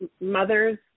mothers